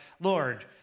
Lord